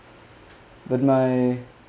but my